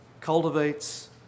cultivates